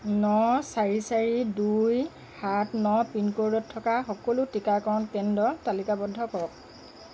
ন চাৰি চাৰি দুই সাত ন পিনক'ডত থকা সকলো টীকাকৰণ কেন্দ্ৰ তালিকাবদ্ধ কৰক